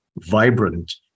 vibrant